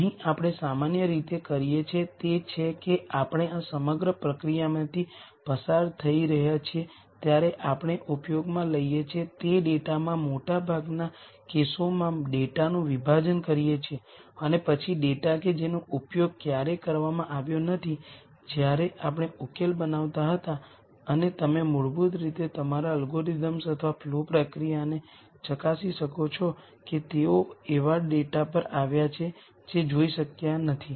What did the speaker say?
અહીં આપણે સામાન્ય રીતે કરીએ છીએ તે છે કે આપણે આ સમગ્ર પ્રક્રિયામાંથી પસાર થઈ રહ્યા છીએ ત્યારે આપણે ઉપયોગમાં લઈએ છીએ તે ડેટામાં મોટાભાગના કેસોમાં ડેટાનું વિભાજન કરીએ છીએ અને પછી ડેટા કે જેનો ઉપયોગ ક્યારેય કરવામાં આવ્યો નથી જ્યારે આપણે ઉકેલ બનાવતા હતા અને તમે મૂળભૂત રીતે તમારા એલ્ગોરિધમ્સ અથવા ફ્લો પ્રક્રિયાને ચકાસી શકો છો કે તેઓ એવા ડેટા પર આવ્યા છે જે જોઇ શક્યા નથી